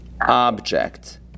object